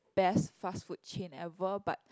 best fast food chain ever but